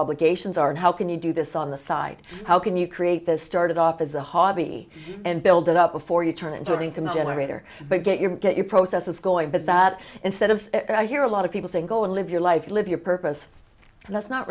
obligations are and how can you do this on the side how can you create this started off as a hobby and build it up before you turn into things in the generator but get your get your processes going but that instead of i hear a lot of people saying go and live your life live your purpose and that's not